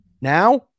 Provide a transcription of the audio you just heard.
now